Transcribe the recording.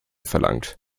verlangt